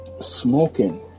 smoking